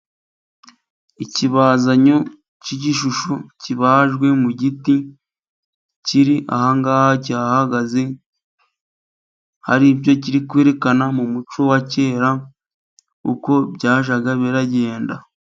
Ikibazanyo cy'igishusho kibajwe mu giti, kiri aha ngaha kihahagaze hari ibyo kiri kwerekana mu muco wa kera, uko byajyaga bigenda.